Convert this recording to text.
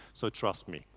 so trust me,